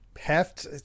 heft